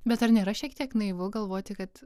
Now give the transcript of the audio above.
bet ar nėra šiek tiek naivu galvoti kad